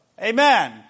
Amen